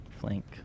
flank